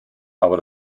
aber